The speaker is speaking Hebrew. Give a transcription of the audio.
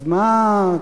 אז מה?